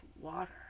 water